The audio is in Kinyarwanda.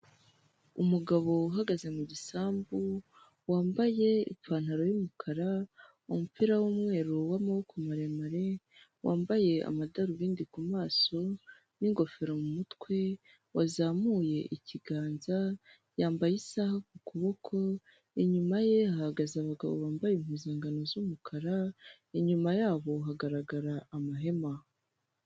Umugabo uhagaze mu gisambu wambaye ipantaro y'umukara, umupira w'umweru w'amaboko maremare, wambaye amadarubindi ku maso n'ingofero mu mutwe wazamuye ikiganza, yambaye isaha ku kuboko. Inyuma ye hahagaze abagabo bambaye impuzangano z'umukara, inyuma yabo hagaragara amahema.